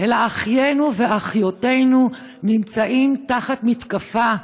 אלא אחינו ואחיותינו נמצאים תחת מתקפה.